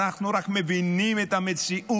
אנחנו רק מבינים את המציאות.